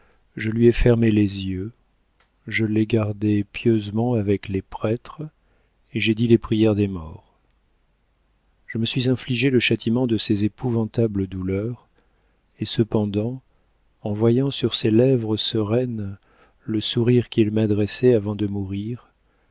je lui ai fermé les yeux je l'ai gardé pieusement avec les prêtres et j'ai dit les prières des morts je me suis infligé le châtiment de ces épouvantables douleurs et cependant en voyant sur ses lèvres sereines le sourire qu'il m'adressait avant de mourir